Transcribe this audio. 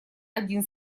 один